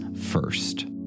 first